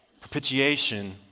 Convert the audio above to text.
Propitiation